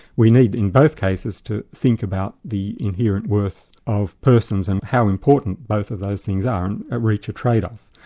we need, in both cases, to think about the inherent worth of persons, and how important both of those things are, and reach a trade-off.